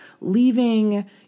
leaving